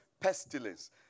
pestilence